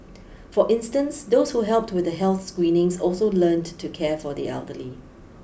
for instance those who helped with the health screenings also learnt to care for the elderly